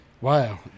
wow